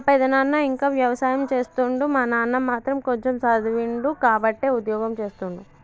మా పెదనాన ఇంకా వ్యవసాయం చేస్తుండు మా నాన్న మాత్రం కొంచెమ్ చదివిండు కాబట్టే ఉద్యోగం చేస్తుండు